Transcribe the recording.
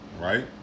right